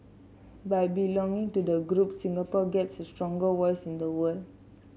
by belonging to the group Singapore gets a stronger voice in the world